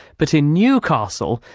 but in newcastle,